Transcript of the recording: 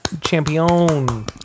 champion